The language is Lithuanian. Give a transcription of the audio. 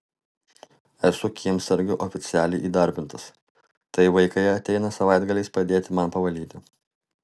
esu kiemsargiu oficialiai įdarbintas tai vaikai ateina savaitgaliais padėti man pavalyti